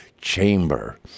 chamber